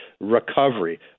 recovery